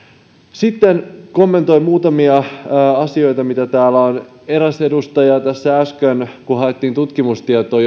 sitten kommentoin muutamia asioita mitä täällä on esitetty eräs edustaja tässä äsken kun haettiin tutkimustietoa